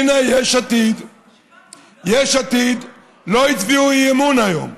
הינה, יש עתיד לא הצביעו אי-אמון היום.